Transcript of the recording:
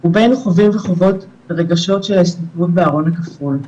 הוא בין חווים וחוות רגשות של הסתתרות בארון הכפול,